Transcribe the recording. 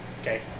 Okay